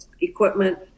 equipment